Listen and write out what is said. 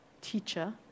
teacher